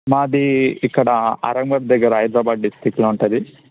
మాది ఇక్కడ అరమద్ దగ్గర హైదరాబాద్ డిస్ట్రిక్ట్లో ఉంటుంది